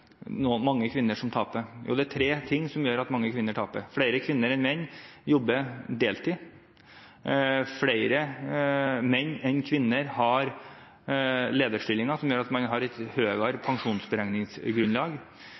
ting som gjør at mange kvinner taper. Flere kvinner enn menn jobber deltid, og flere menn enn kvinner har lederstillinger, som gjør at man har litt høyere pensjonsberegningsgrunnlag.